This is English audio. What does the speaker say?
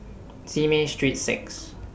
Simei Street six